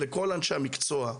ולכל אנשי המקצוע,